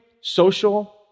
Social